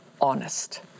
honest